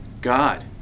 God